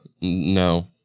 No